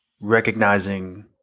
recognizing